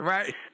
Right